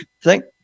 thank